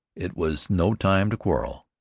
it was no time to quarrel.